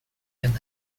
and